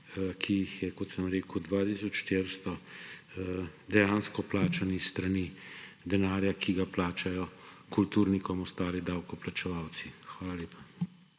ki jih je, kot sem rekel, 2 tisoč 400, dejansko plačane s strani denarja, ki ga plačajo kulturnikom ostali davkoplačevalci. Hvala lepa.